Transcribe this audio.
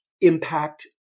impact